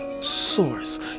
source